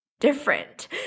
different